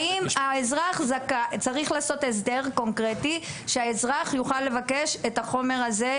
האם צריך לעשות הסדר קונקרטי שהאזרח יוכל לבקש את החומר הזה?